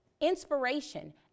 inspiration